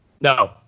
No